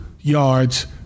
yards